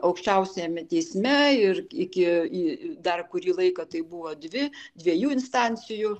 aukščiausiame teisme ir iki į dar kurį laiką tai buvo dvi dviejų instancijų